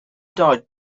died